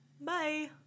Bye